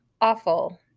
Awful